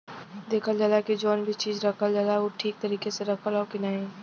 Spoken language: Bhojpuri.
देखल जाला की जौन भी चीज रखल जाला उ ठीक तरीके से रखल हौ की नाही